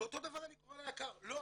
ואותו דבר אני קורא ליק"ר לא,